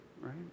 right